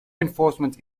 enforcement